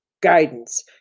guidance